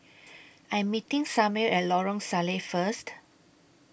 I'm meeting Samir At Lorong Salleh First